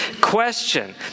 question